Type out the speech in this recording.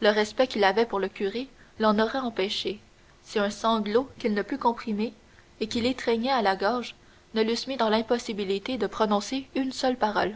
le respect qu'il avait pour le curé l'en aurait empêché si un sanglot qu'il ne put comprimer et qui l'étreignait à la gorge ne l'eut mis dans l'impossibilité de prononcer une seule parole